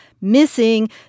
missing